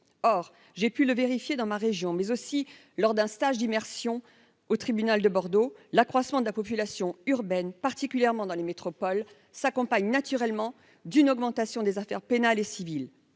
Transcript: or j'ai pu le vérifier dans ma région, mais aussi lors d'un stage d'immersion au tribunal de Bordeaux, l'accroissement de la population urbaine, particulièrement dans les métropoles s'accompagne naturellement d'une augmentation des affaires pénales et civiles,